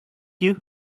you